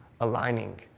Aligning